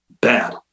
bad